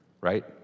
Right